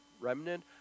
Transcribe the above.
remnant